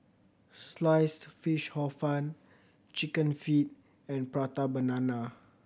Sliced Fish Hor Fun Chicken Feet and Prata Banana